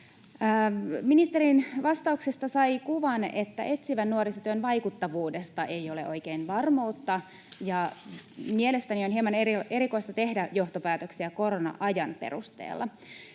Ministerin vastauksesta sai kuvan, että etsivän nuorisotyön vaikuttavuudesta ei ole oikein varmuutta, ja mielestäni on hieman erikoista tehdä johtopäätöksiä korona-ajan perusteella.